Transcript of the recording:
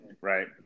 Right